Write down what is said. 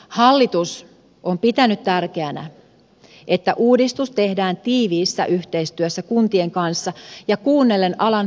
hallitus on pitänyt tärkeänä että uudistus tehdään tiiviissä yhteistyössä kuntien kanssa ja kuunnellen alan parhaita asiantuntijoita